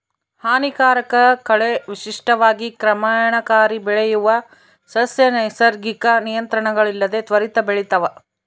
ಹಾನಿಕಾರಕ ಕಳೆ ವಿಶಿಷ್ಟವಾಗಿ ಕ್ರಮಣಕಾರಿ ಬೆಳೆಯುವ ಸಸ್ಯ ನೈಸರ್ಗಿಕ ನಿಯಂತ್ರಣಗಳಿಲ್ಲದೆ ತ್ವರಿತ ಬೆಳಿತಾವ